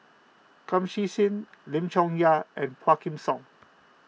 Kum Chee Kin Lim Chong Yah and Quah Kim Song